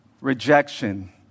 rejection